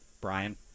Brian